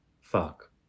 fuck